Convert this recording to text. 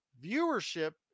viewership